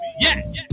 yes